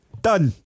Done